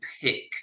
pick